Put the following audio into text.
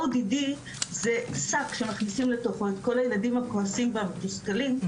ODD זה שק שמכניסים לתוכו את כל הילדים הכועסים והמתוסכלים,